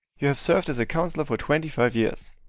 you have served as a councillor for twenty-five years,